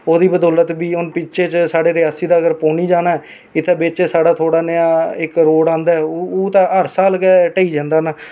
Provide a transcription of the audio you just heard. ओह्दी बदौलत बी हून पिच्छें जेह् साढ़े पौनी दा रियासी जाना ऐ इत्थें बिच्च नेहां साढ़े इक्क रोड़ आंदा ऐ ओह्